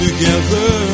Together